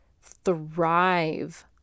thrive